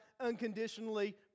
unconditionally